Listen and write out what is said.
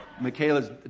Michaela's